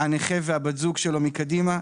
הנכה ובת הזוג שלו מקדימה,